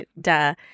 duh